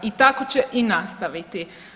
I tako će i nastaviti.